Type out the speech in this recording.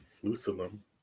Jerusalem